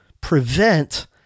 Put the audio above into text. prevent